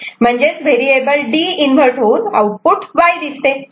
म्हणजेच variable D invert होऊन output Y दिसते